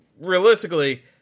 realistically